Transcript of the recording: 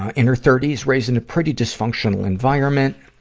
ah in her thirty s, raised in a pretty dysfunctional environment,